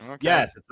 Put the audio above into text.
yes